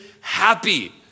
happy